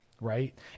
right